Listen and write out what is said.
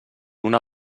una